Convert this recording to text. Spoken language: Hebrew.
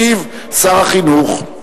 ישיב שר החינוך.